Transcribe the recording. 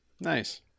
nice